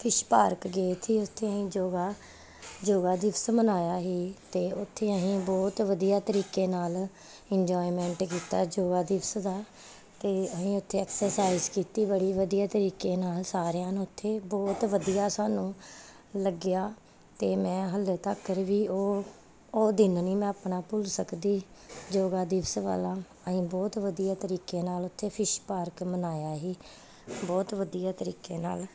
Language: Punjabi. ਫਿਸ਼ ਪਾਰਕ ਗਏ ਸੀ ਉੱਥੇ ਅਸੀਂ ਯੋਗਾ ਯੋਗਾ ਦਿਵਸ ਮਨਾਇਆ ਸੀ ਅਤੇ ਉੱਥੇ ਅਸੀਂ ਬਹੁਤ ਵਧੀਆ ਤਰੀਕੇ ਨਾਲ ਇੰਜੋਮੈਂਟ ਕੀਤਾ ਯੋਗਾ ਦਿਵਸ ਦਾ ਅਤੇ ਅਸੀਂ ਉੱਥੇ ਐਕਸਰਸਾਈਜ਼ ਕੀਤੀ ਬੜੀ ਵਧੀਆ ਤਰੀਕੇ ਨਾਲ ਸਾਰਿਆਂ ਨੂੰ ਉੱਥੇ ਬਹੁਤ ਵਧੀਆ ਸਾਨੂੰ ਲੱਗਿਆ ਅਤੇ ਮੈਂ ਹਾਲੇ ਤੱਕ ਵੀ ਉਹ ਉਹ ਦਿਨ ਨਹੀਂ ਮੈਂ ਆਪਣਾ ਭੁੱਲ ਸਕਦੀ ਯੋਗਾ ਦਿਵਸ ਵਾਲਾ ਅਸੀਂ ਬਹੁਤ ਵਧੀਆ ਤਰੀਕੇ ਨਾਲ ਉੱਥੇ ਫਿਸ਼ ਪਾਰਕ ਮਨਾਇਆ ਸੀ ਬਹੁਤ ਵਧੀਆ ਤਰੀਕੇ ਨਾਲ